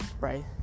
right